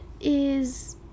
is-